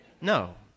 No